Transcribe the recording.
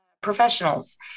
professionals